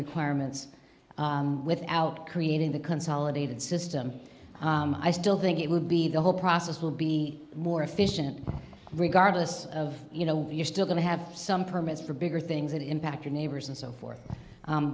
require minutes without creating the consolidated system i still think it would be the whole process will be more efficient regardless of you know you're still going to have some permits for bigger things that impact your neighbors and so forth